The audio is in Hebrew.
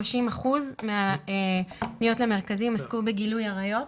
30% מהפניות למרכזים עסקו בגילוי עריות.